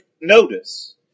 notice